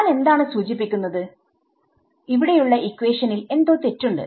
ഞാൻ എന്താണ് സൂചിപ്പിക്കുന്നത്ഇവിടെയുള്ള ഇക്വേഷനിൽ എന്തോ തെറ്റുണ്ട്